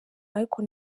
ariko